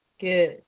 Good